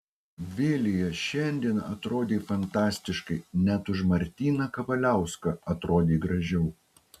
vilija šiandien atrodei fantastiškai net už martyną kavaliauską atrodei gražiau